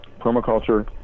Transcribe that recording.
permaculture